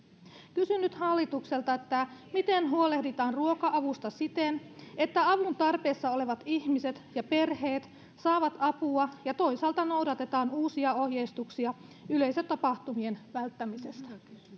kysyn nyt hallitukselta miten huolehditaan ruoka avusta siten että avun tarpeessa olevat ihmiset ja perheet saavat apua ja toisaalta noudatetaan uusia ohjeistuksia yleisötapahtumien välttämisestä